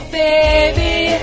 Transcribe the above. baby